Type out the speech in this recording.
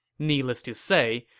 needless to say,